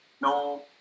no